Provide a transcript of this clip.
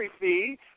fee